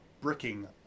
bricking